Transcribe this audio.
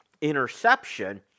interception